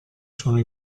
sono